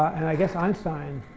and i guess einstein